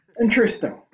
interesting